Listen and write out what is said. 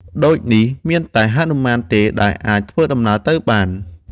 ដូចនេះមានតែហនុមានទេ ដែលអាចធ្វើដំណើរទៅបាន។